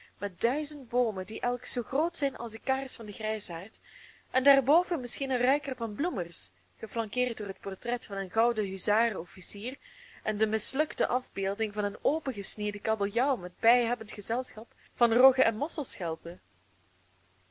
met duizend boomen die elk zoo groot zijn als de kaars van den grijsaard en daarboven misschien een ruiker van bloemers geflankeerd door het portret van een gouden huzaren officier en de mislukte afbeelding van een opengesneden kabeljauw met bijhebbend gezelschap van roggen en